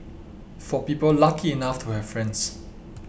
for people lucky enough to have friends